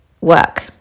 work